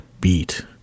beat